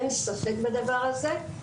אין לי ספק בדבר הזה,